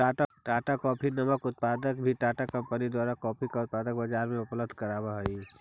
Tata coffee नामक उत्पाद भी टाटा कंपनी द्वारा कॉफी के उत्पाद बजार में उपलब्ध कराब हई